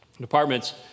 departments